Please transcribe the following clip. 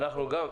אנחנו גם.